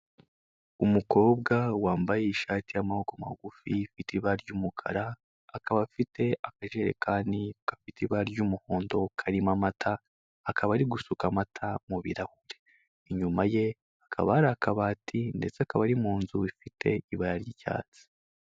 Umukobwa wambaye ishati y'amaboko magufi ifite ibara ry'umukara, akaba afite akajerekani gafite ibara ry'umuhondo, karimo amata akaba ari gusuka amata murahure, inyuma ye akaba ari akabati ndetse akaba ari mu nzu ifite ibara ry'icyatsi.